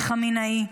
וחמינאי.